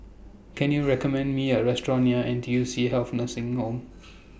Can YOU recommend Me A Restaurant near N T U C Health Nursing Home